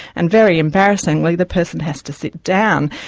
and very embarrassingly, the person has to sit down.